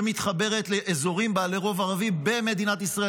שמתחברת לאזורים בעלי רוב ערבי במדינת ישראל.